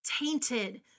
tainted